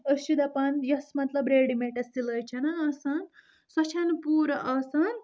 أسۍ چھِ دپان یۄس مطلب ریڈیٖمیڈس سٕلٲے چھنہ آسان سۄ چھنہٕ پوٗرٕ آسان